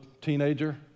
teenager